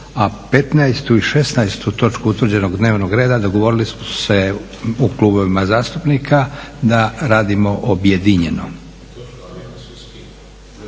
a 15. i 16. točku utvrđenog dnevnog reda, dogovorili su se u klubovima zastupnika da radimo objedinjeno.